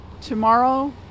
Tomorrow